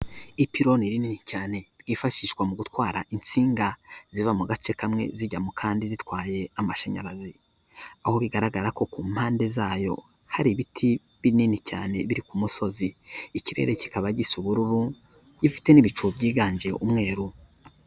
Ipironi rinini cyane ryifashishwa mu gutwara insinga ziva mu gace kamwe zijyamo kandi zitwaye amashanyarazi, aho bigaragara ko ku mpande zayo hari ibiti binini cyane, biri ku musozi ikirere kikaba gisa ubururu, gifite n'ibicu byiganje umweru.